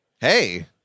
hey